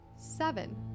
Seven